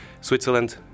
Switzerland